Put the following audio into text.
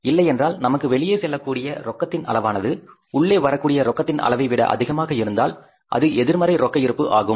இல்லையென்றால் நமக்கு வெளியே செல்லக்கூடிய ரொக்கத்தின் அளவானது உள்ளே வரக் கூடிய ரொக்கத்தின் அளவைவிட அதிகமாக இருந்தால் அது எதிர்மறை ரொக்க இருப்பு ஆகும்